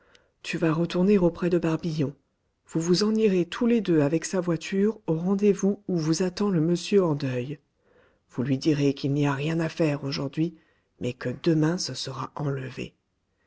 tu vas retourner auprès de barbillon vous vous en irez tous les deux avec sa voiture au rendez-vous où vous attend le monsieur en deuil vous lui direz qu'il n'y a rien à faire aujourd'hui mais que demain ce sera enlevé